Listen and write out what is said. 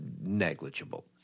negligible